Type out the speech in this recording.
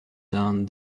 done